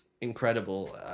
incredible